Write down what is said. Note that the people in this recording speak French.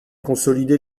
consolidé